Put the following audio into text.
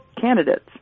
candidates